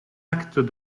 actes